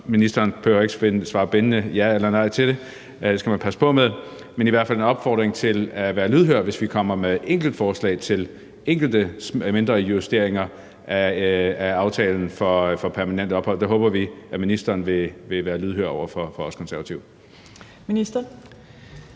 ministeren behøver ikke at svare bindende ja eller nej til det, det skal man passe på med – til at være lydhør, hvis vi kommer med enkeltforslag til enkelte mindre justeringer af aftalen for permanent ophold. Der håber vi at ministeren vil være lydhør over for os Konservative.